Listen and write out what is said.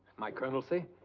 my colonelcy?